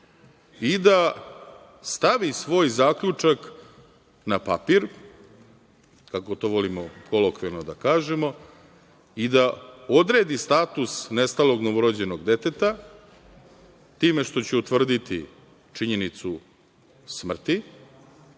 i da stavi svoj zaključak na papir, kako to volimo kolokvijalno da kažemo, i da odredi status nestalog novorođenog deteta time što će utvrditi činjenicu smrti,